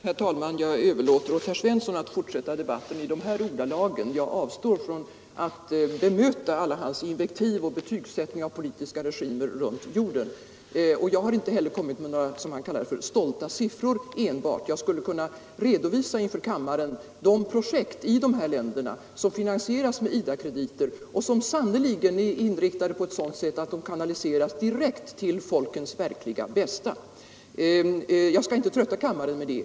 Herr talman! Jag överlåter åt herr Svensson i Malmö att också i fortsättningen föra debatten i de här ordalagen och avstår från att bemöta alla hans invektiv och hans betygsättning av politiska regimer runt jorden. Inte heller behöver jag komma med enbart några, som han säger, stolta siffror Jag skulle kunna i sak redovisa inför kammaren de projekt i de här länderna som finansieras med IDA-krediter och som sannerligen är inriktade på ett sådant sätt att de kanaliseras direkt till folkens verkliga bästa, men jag skall inte trötta kammaren med det.